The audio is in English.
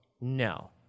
No